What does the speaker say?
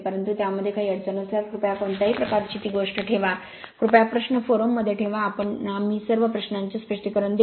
परंतु त्यामध्ये काही अडचण असल्यास कृपया कोणत्याही प्रकारची गोष्ट ठेवा कृपया प्रश्न फोरममध्ये ठेवा आम्ही सर्व प्रश्नांचे स्पष्टीकरण देऊ